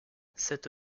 cette